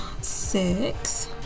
Six